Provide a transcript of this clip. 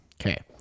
Okay